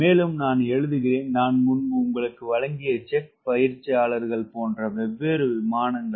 மேலும் நான் எழுதுகிறேன் நான் முன்பு உங்களுக்கு வழங்கிய ஜெட் பயிற்சியாளர்கள் போன்ற வெவ்வேறு விமானங்கள்